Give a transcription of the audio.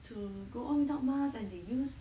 to go on without masks and they use